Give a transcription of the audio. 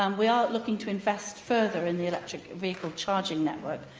um we are looking to invest further in the electric vehicle charging network.